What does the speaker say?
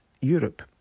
Europe